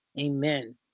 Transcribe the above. amen